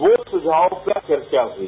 वह सुझाव पर चर्चा हुई